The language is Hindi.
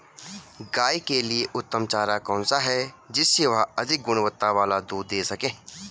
गाय के लिए उत्तम चारा कौन सा है जिससे वह अधिक गुणवत्ता वाला दूध दें सके?